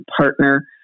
partner